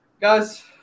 Guys –